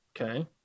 Okay